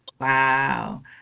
Wow